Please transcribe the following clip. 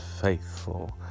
faithful